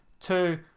two